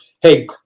hey